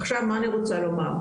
עכשיו מה אני רוצה לומר,